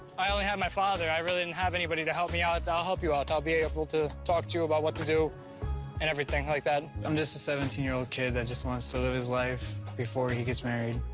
i only had my father, i really didn't have anybody to help me out, i'll help you out. i'll be able to talk to you about what to do and everything like that. i'm just a seventeen year old kid that just wants to live his life before he gets married.